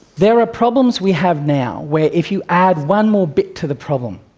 there are problems we have now where if you add one more bit to the problem,